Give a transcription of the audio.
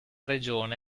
regione